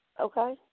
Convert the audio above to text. okay